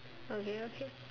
okay okay